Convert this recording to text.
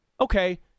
okay